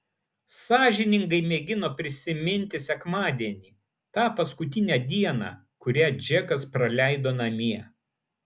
sąžiningai mėgino prisiminti sekmadienį tą paskutinę dieną kurią džekas praleido namie